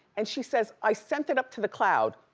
and she says, i sent it up to the cloud.